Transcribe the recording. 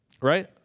right